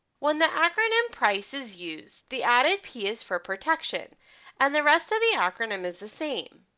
when the acronym price is used, the added p is for protection and the rest of the acronym is the same.